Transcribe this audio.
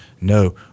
No